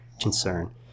concern